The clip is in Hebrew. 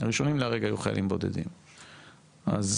יש